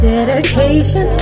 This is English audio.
Dedication